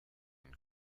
and